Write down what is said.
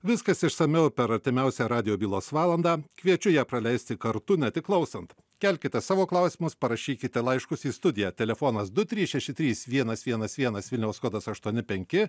viskas išsamiau per artimiausią radijo bylos valandą kviečiu ją praleisti kartu ne tik klausant kelkite savo klausimus parašykite laiškus į studiją telefonas du trys šeši trys vienas vienas vienas vilniaus kodas aštuoni penki